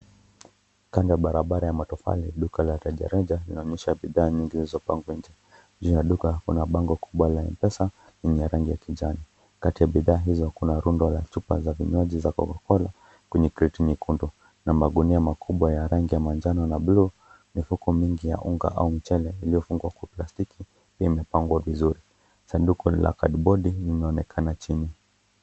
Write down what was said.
Kando ya barabara ya matofali duka la rejareja linaonyesha bidhaa nyingi zilizopangwa nje. Juu ya duka kuna bango kubwa la M-Pesa lenye rangi ya kijani. Kati ya bidhaa hizo kuna rundo la chupa za vinywaji za Coca-cola kwenye kreti nyekundu na magunia makubwa ya rangi ya manjano na buluu. Mifuko mingi ya unga au mchele iliyofungwa kwa plastiki imepangwa vizuri. Sanduku la kadibodi linaonekana chini.